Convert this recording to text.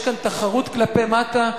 יש כאן תחרות כלפי מטה.